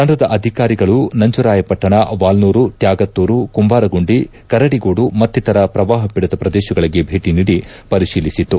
ತಂಡದ ಅಧಿಕಾರಿಗಳು ನಂಜರಾಯಪಟ್ಟಣ ವಾಲ್ಕೂರು ತ್ನಾಗತ್ತೂರು ಕುಂಬಾರಗುಂಡಿ ಕರಡಿಗೋಡು ಮತ್ತಿತರ ಪ್ರವಾಹ ಪೀಡಿತ ಪ್ರದೇಶಗಳಗೆ ಭೇಟಿ ನೀಡಿ ಪರಿಶೀಲಿಸಿತು